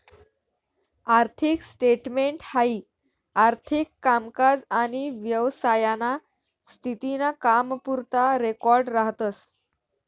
आर्थिक स्टेटमेंट हाई आर्थिक कामकाज आनी व्यवसायाना स्थिती ना कामपुरता रेकॉर्ड राहतस